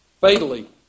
fatally